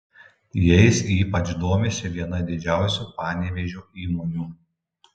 jais ypač domisi viena didžiausių panevėžio įmonių